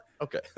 okay